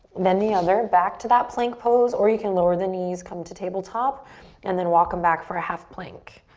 then the other. back to that plank pose or you can lower the knees, come to tabletop and then walk em back for half plank.